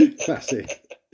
classic